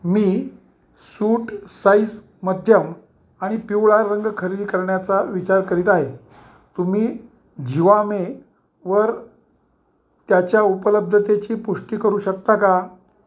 मी suit size मध्यम आणि पिवळा रंग खरेदी करण्याचा विचार करीत आहे तुम्ही जीवामेवर त्याच्या उपलब्धतेची पुष्टी करू शकता का